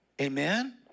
Amen